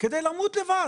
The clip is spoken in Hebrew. כדי למות לבד?